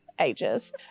ages